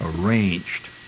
arranged